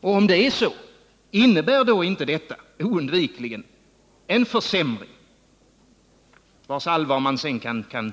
Och om det är så, innebär inte detta oundvikligen en faktisk försämring -— vars allvar man sedan kan